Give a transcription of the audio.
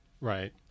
Right